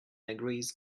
agrees